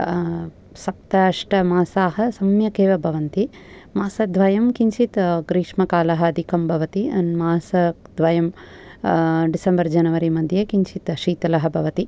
सप्त अष्ट मासाः सम्यक् एव भवन्ति मासद्वयं किञ्चित् ग्रीष्मकालः अधिकं भवति मासद्वयं डिसम्बर् जन्वरि मध्ये किञ्चित् शीतलः भवति